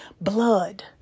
blood